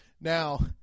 now